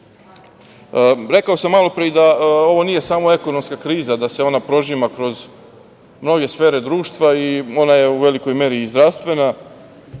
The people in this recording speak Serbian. sam malopre da ovo nije samo ekonomska kriza, da se ona prožima kroz mnoge sfere društva i ona je u velikoj meri i zdravstvena.